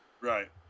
Right